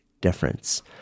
difference